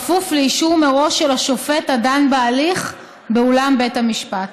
כפוף לאישור מראש של השופט הדן בהליך באולם בית המשפט.